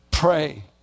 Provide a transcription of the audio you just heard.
Pray